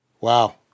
Wow